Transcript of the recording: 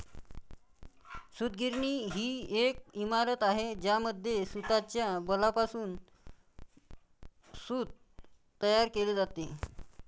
सूतगिरणी ही एक इमारत आहे ज्यामध्ये सूताच्या बॉलपासून सूत तयार केले जाते